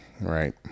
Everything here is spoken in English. right